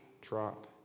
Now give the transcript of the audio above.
drop